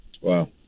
Wow